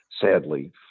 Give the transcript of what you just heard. sadly